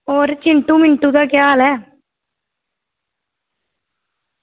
होर चिंटु मिंटु दा केह् हाल ऐ